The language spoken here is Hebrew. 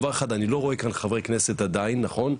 דבר אחד, אני לא רואה כאן חברי כנסת עדיין, נכון?